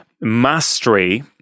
mastery